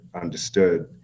understood